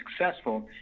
successful